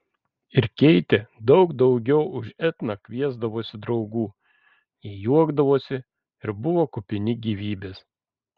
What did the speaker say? ir keitė daug daugiau už etną kviesdavosi draugų jie juokdavosi ir buvo kupini gyvybės